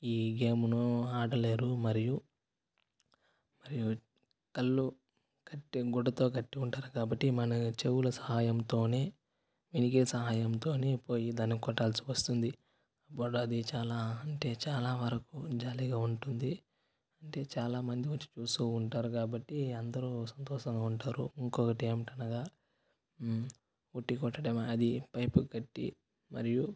ఈ గేమ్ను ఆడలేరు మరియు మరియు కళ్ళు కట్టి గుడ్డతో కట్టి ఉంటారు కాబట్టి మన చెవుల సహాయంతో వినిగే సహాయంతో పోయి దాని కొట్టాల్సి వస్తుంది వాళ్ళు అది చాలా అంటే చాలా వరకు జాలిగా ఉంటుంది చాలా మంది వచ్చి చూస్తు ఉంటారు కాబట్టి అందరూ సంతోషంగా ఉంటారు ఇంకొకటి ఏమిటి అనగా ఉట్టి కొట్టడం అది పైపుకు కట్టి మరియు